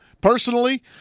Personally